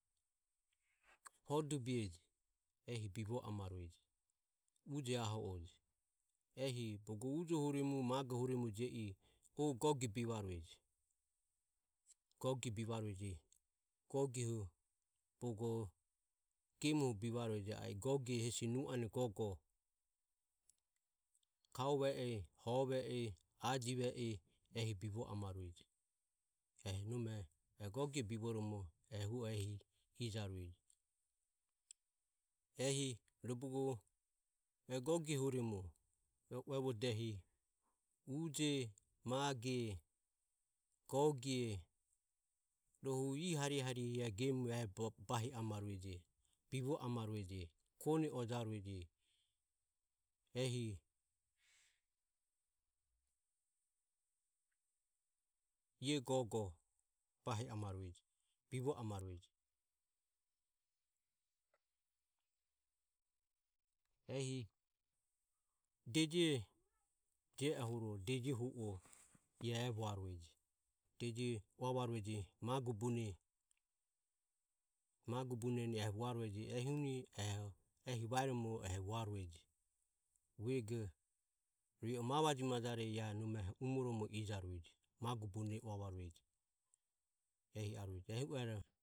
Hodubie jio ame ehi bivarueji uje aho o ji ehi ujohuremu magohuremu gogie bivaureje, gogieho bogo gemoho bivaureje gogie nu ane gogo, kauvue e, hove e, ajive e, ehi bivo amaureje nu ane gogo bivoromo ehu o ehi ijaureje. Ehi rohu bogo gogie huremu ehi uje. mage, gogie rohu. ie harihe harihe e gogo ai e jio amarueje. bivo amarueje. Ehi ie gogo bahi amarueje. bivo amaureje ehi deje je oho dejo hu o ai e vuarueje deje ua vaureje magu buneni eho vuaruejo ehi uaromo eho vuarueje, vuego rue mavaje majare aie nome umoromo eho a eho magu bune ua varueje ehi arueje, eho ero.